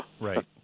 Right